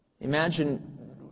Imagine